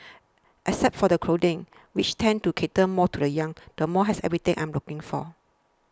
except for the clothing which tends to cater more to the young the mall has everything I am looking for